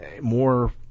more